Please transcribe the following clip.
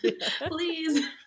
Please